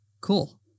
Cool